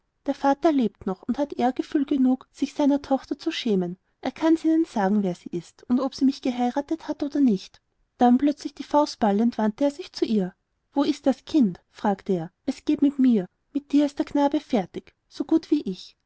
der vater lebt noch und hat ehrgefühl genug sich seiner tochter zu schämen er kann's ihnen sagen wer sie ist und ob sie mich geheiratet hat oder nicht dann plötzlich die faust ballend wandte er sich zu ihr wo ist das kind fragte er es geht mit mir mit dir ist der knabe fertig so gut wie ich